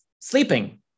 sleeping